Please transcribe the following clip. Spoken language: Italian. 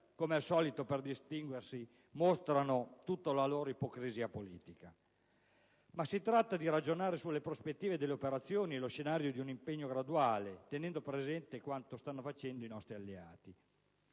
come al solito, per distinguersi, mostrano tutta la loro ipocrisia politica. Si tratta di ragionare sulle prospettive delle operazioni e sullo scenario di un impegno graduale, tenendo presente quanto stanno facendo i nostri alleati.